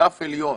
רף עליון,